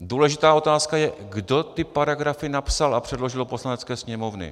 Důležitá otázka je, kdo ty paragrafy napsal a předložil do Poslanecké sněmovny.